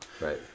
Right